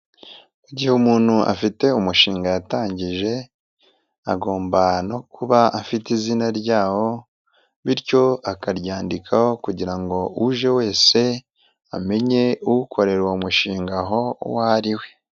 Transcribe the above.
Mu gihe umuntu afite umushinga yatangije agomba no kuba afite izina ryawo bityo akaryandikaho kugira ngo uje wese, amenye ukorera uwo mushinga aho uwo ari we.